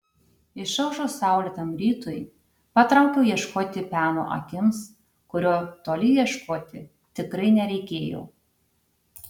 išaušus saulėtam rytui patraukiau ieškoti peno akims kurio toli ieškoti tikrai nereikėjo